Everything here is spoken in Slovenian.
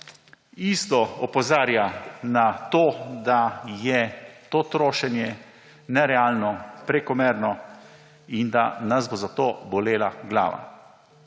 enako opozarja na to, da je to trošenje nerealno, prekomerno in da nas bo zato bolela glava.